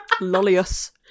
Lollius